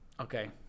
Okay